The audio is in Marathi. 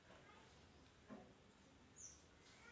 आपण अर्थ मंत्रालयाच्या कोणत्या विभागात काम केले आहे?